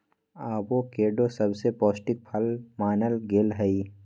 avocado सबसे पौष्टिक फल मानल गेलई ह